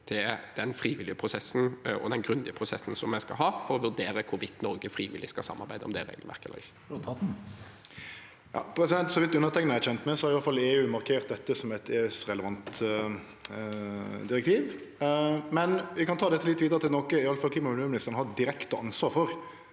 til den frivillige prosessen og den grundige prosessen vi skal ha for å vurdere hvorvidt Norge frivillig skal samarbeide om det regelverket eller ikke. Sveinung Rotevatn (V) Så vidt under- teikna er kjent med, har iallfall EU markert dette som eit EØS-relevant direktiv. Vi kan ta dette litt vidare, til noko iallfall klima- og miljøministeren har direkte ansvar for,